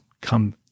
come